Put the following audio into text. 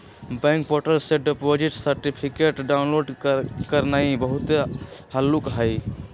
bank portal से deposit certificate download करनाइ बहुते हल्लुक हइ